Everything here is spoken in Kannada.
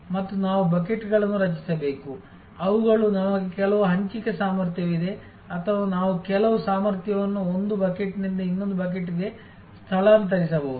ಮತ್ತು ನಾವು ಬಕೆಟ್ಗಳನ್ನು ರಚಿಸಬೇಕು ಅವುಗಳು ನಮಗೆ ಕೆಲವು ಹಂಚಿಕೆ ಸಾಮರ್ಥ್ಯವಿದೆ ಅಥವಾ ನಾವು ಕೆಲವು ಸಾಮರ್ಥ್ಯವನ್ನು ಒಂದು ಬಕೆಟ್ನಿಂದ ಇನ್ನೊಂದು ಬಕೆಟ್ಗೆ ಸ್ಥಳಾಂತರಿಸಬಹುದು